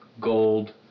Gold